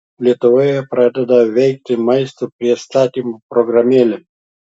lietuvoje pradeda veikti maisto pristatymo programėlė